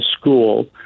school